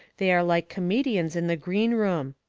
they are like comedians in the greenroom.